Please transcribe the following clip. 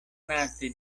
nati